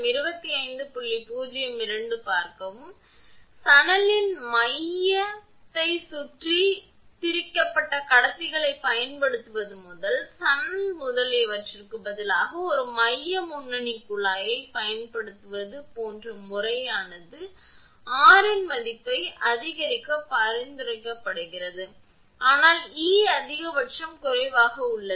எனவே சணலின் மைய மையத்தைச் சுற்றி திரிக்கப்பட்ட கடத்திகளைப் பயன்படுத்துவது மற்றும் சணல் முதலியவற்றிற்கு பதிலாக ஒரு மைய முன்னணி குழாயைப் பயன்படுத்துவது போன்ற முறையானது r இன் மதிப்பை அதிகரிக்க பரிந்துரைக்கப்படுகிறது அதனால் E அதிகபட்சம் குறைவாக உள்ளது